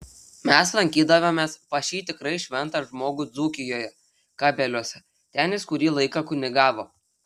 mes lankydavomės pas šį tikrai šventą žmogų dzūkijoje kabeliuose ten jis kurį laiką kunigavo